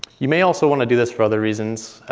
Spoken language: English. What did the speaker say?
you may also want to do this for other reasons.